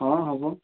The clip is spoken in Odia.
ହଁ ହେବ